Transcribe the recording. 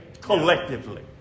Collectively